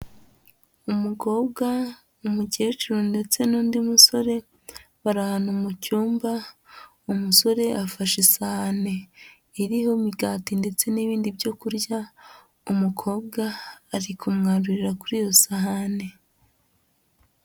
Umukobwa, umukecuru ndetse n'undi musore, bari ahantu mu cyumba, umusore afashe isahane iriho imigati ndetse n'ibindi byo kurya, umukobwa ari kumwarurira kuri iyo sahane.